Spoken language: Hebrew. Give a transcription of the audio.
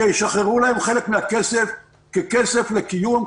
שישחררו להם חלק מן הכסף ככסף לקיום,